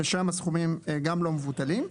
ששם הסכומים גם לא מבוטלים.